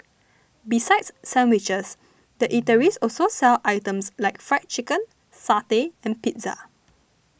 besides sandwiches the eateries also sell items like Fried Chicken satay and pizza